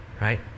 right